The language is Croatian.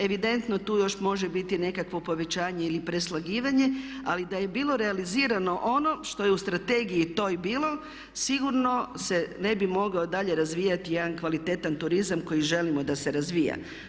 Evidentno tu još može biti nekakvo povećanje ili preslagivanje ali da je bilo realizirano ono što je u strategiji toj bilo sigurno se ne bi mogao dalje razvijati jedan kvalitetan turizam koji želimo da se razvija.